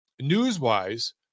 news-wise